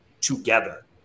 together